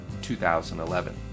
2011